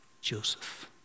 Joseph